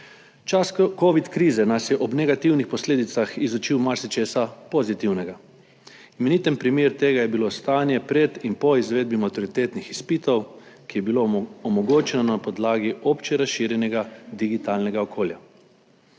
Čas covid krize nas je ob negativnih posledicah naučil marsičesa pozitivnega. Imeniten primer tega je bilo stanje pred in po izvedbi maturitetnih izpitov, ki je bilo omogočeno na podlagi obče razširjenega digitalnega okolja.